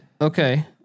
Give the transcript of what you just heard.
Okay